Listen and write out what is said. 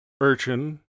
urchin